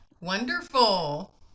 Wonderful